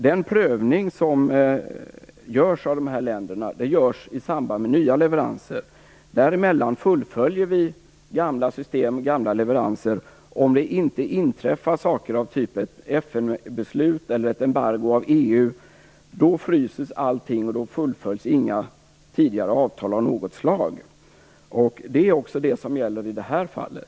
Den prövning som görs av dessa länder görs i samband med nya leveranser. Däremellan fullföljer vi gamla system och gamla leveranser om det inte inträffar saker som ett FN-beslut eller ett embargo av EU. Då fryses allting, och då fullföljs inga tidigare avtal av något slag. Det är också det som gäller i det här fallet.